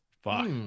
fuck